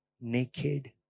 naked